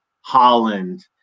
Holland